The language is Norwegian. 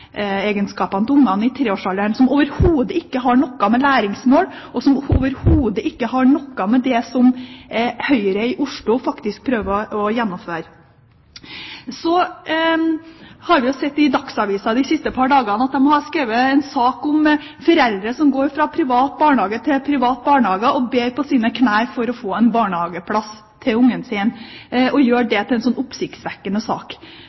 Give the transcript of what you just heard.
til barna i treårsalderen, noe som overhodet ikke har noe å gjøre med læringsmål, og som overhodet ikke har noe å gjøre med det Høyre i Oslo prøver å gjennomføre. Så har vi sett at Dagsavisen de siste par dagene har skrevet om foreldre som går fra privat barnehage til privat barnehage og ber på sine knær om å få en barnehageplass til barnet sitt, og gjør det til en oppsiktsvekkende sak.